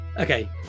Okay